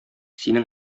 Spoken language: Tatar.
синең